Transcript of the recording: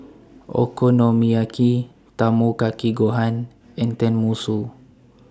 Okonomiyaki Tamago Kake Gohan and Tenmusu